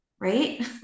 right